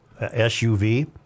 SUV